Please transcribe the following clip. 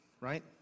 right